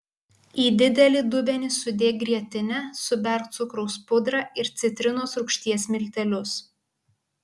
į didelį dubenį sudėk grietinę suberk cukraus pudrą ir citrinos rūgšties miltelius